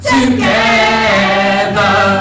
Together